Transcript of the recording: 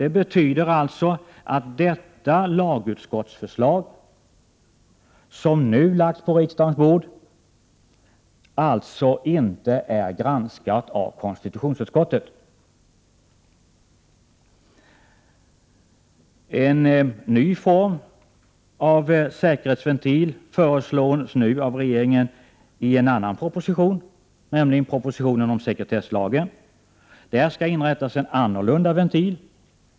Det betyder alltså att det lagutskottsförslag som nu har lagts på riksdagens bord inte är granskat av konstitutionsutskottet. En ny form av säkerhetsventil föreslås nu av regeringen i en annan proposition, nämligen propositionen om sekretesslagen. Där skall inrättas en annorlunda ventil.